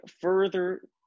further